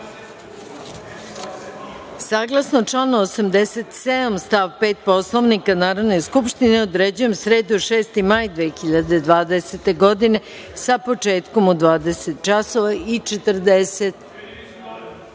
reda. Saglasno članu 87. stav 5. Poslovnika Narodne skupštine određujem sredu, 6. maj 2020. godine, sa početkom u 20